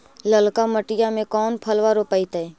ललका मटीया मे कोन फलबा रोपयतय?